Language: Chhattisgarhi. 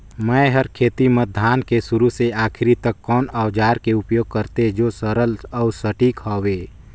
मै हर खेती म धान के शुरू से आखिरी तक कोन औजार के उपयोग करते जो सरल अउ सटीक हवे?